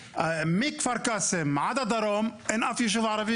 מכפר קאסם עד הדרום אין אף יישוב ערבי